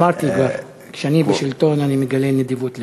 אמרתי כבר, כשאני בשלטון אני מגלה נדיבות לב.